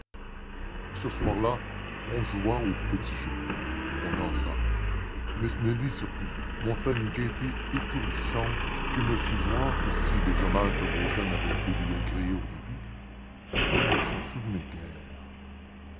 ce soir-là on joua aux petits jeux on dansa miss nelly surtout montra une gaieté étourdissante qui me fit voir que si les hommages de rozaine avaient pu lui agréer au début elle ne s'en souvenait